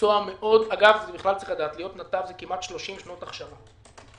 להיות נתב זה כמעט 30 שנות הכשרה.